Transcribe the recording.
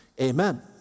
amen